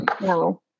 no